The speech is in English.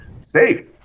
safe